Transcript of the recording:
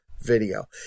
video